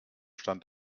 stand